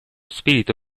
spirito